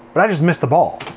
but i just missed the ball.